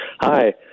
Hi